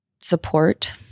support